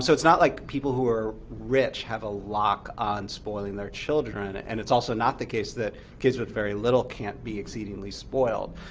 so it's not like people who are rich have a lock on spoiling their children, and it's also not the case that kids with very little can't be exceedingly spoiled.